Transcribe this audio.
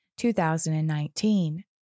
2019